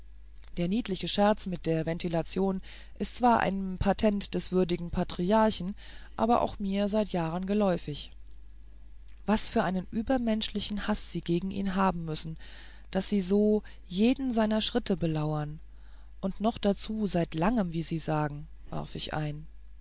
der niedliche scherz mit der ventilation ist zwar ein patent des würdigen patriarchen aber auch mir seit jahren geläufig was für einen übermenschlichen haß sie gegen ihn haben müssen daß sie so jeden seiner schritte belauern und noch dazu seit langem wie sie sagen warf ich ein